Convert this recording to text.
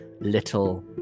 little